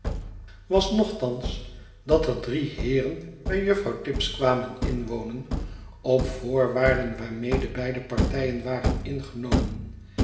was nochtans dat er drie heeren bij juffrouw tibbs kwamen inwonen op voorwaarden waarmede beide partijen waren ingenomen